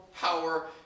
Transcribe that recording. power